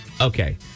okay